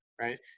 right